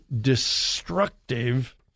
destructive